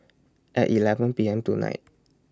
At eleven P M tonight